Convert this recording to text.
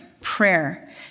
prayer